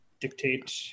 dictate